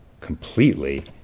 completely